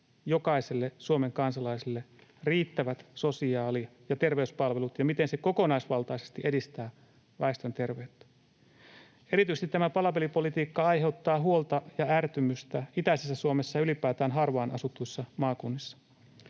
jokaiselle Suomen kansalaiselle riittävät sosiaali- ja terveyspalvelut ja miten se kokonaisvaltaisesti edistää väestön terveyttä. Tämä palapelipolitiikka aiheuttaa huolta ja ärtymystä erityisesti itäisessä Suomessa ja ylipäätään harvaan asutuissa maakunnissa.